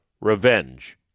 revenge